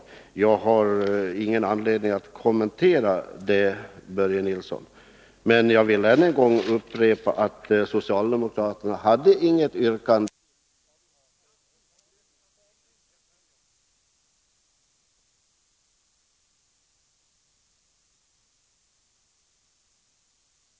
Men jag har ingen anledning att kommentera det, Börje Nilsson. Jag vill dock än en gång upprepa att socialdemokraterna inte hade något yrkande om att fonderna skulle vara kvar hos kassorna. Socialdemokraterna yrkade att lagligheten skulle prövas, och det är vad utskottet har gjort.